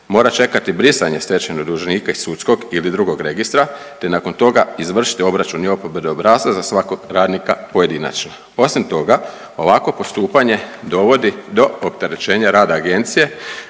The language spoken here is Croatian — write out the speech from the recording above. mora čekati brisanje stečajnog dužnika iz sudskog ili drugog registra, te nakon toga izvršiti obračun JOPPD obrasca za svakog radnika pojedinačno. Osim toga ovako postupanje dovodi do opterećenja rada agencije